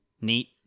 neat